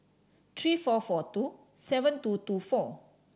three four four two seven two two four